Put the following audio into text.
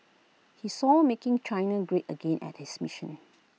he saw making China great again at his mission